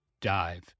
Dive